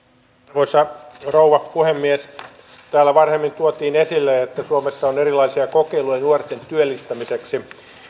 arvoisa rouva puhemies täällä varhemmin tuotiin esille että suomessa on erilaisia kokeiluja nuorten työllistämiseksi